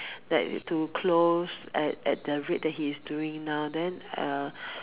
that to close at at the rate that he is doing now then uh